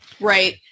right